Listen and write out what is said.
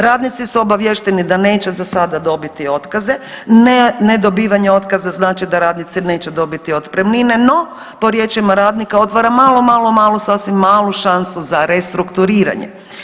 Radnici su obaviješteni da neće za sada dobiti otkaze, nedobivanje otkaza znači da radnici neće dobiti otpremnine, no, po riječima radnika otvara malu, malu, malu, sasvim malu šansu za restrukturiranje.